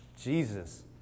Jesus